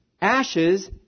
ashes